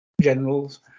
generals